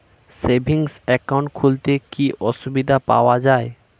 Savings account খুললে কি সুবিধা পাওয়া যায়?